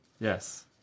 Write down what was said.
Yes